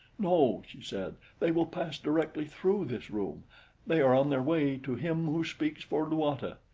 no, she said, they will pass directly through this room they are on their way to him who speaks for luata.